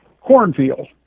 cornfield